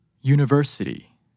University